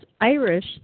Irish